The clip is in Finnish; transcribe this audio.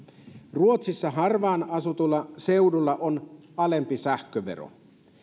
ruotsissa harvaan asutuilla seuduilla on alempi sähkövero